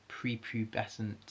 prepubescent